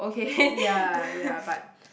ya ya but